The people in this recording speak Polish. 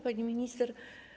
Pani Minister!